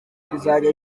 kuzajy